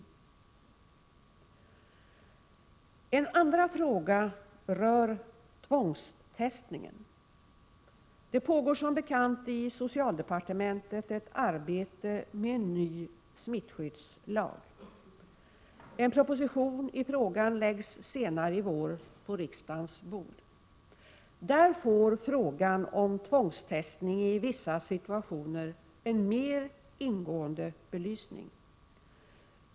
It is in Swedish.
Min andra fråga rör tvångstestningen. Det pågår som bekant i socialdepartementet ett arbete med en ny smittskyddslag. En proposition i frågan läggs senare i vår på riksdagens bord. Där får frågan om tvångstestning i vissa situationer en mer ingående belysning.